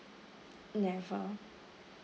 never